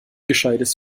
gescheites